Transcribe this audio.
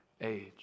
age